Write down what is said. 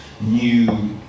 new